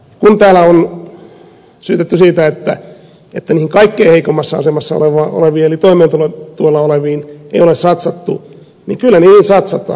kun täällä on syytetty siitä että niihin kaikkein heikoimmassa asemassa oleviin eli toimeentulotuella oleviin ei ole satsattu niin kyllä niihin satsataan